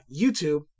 youtube